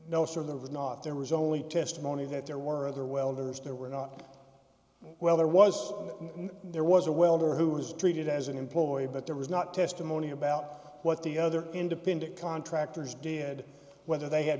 was not there was only testimony that there were other welders there were not well there was there was a welder who was treated as an employee but there was not testimony about what the other independent contractors did whether they had